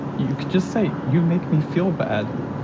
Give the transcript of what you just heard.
you could just say you make me feel bad.